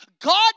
God